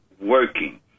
working